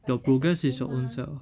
your progress is your own self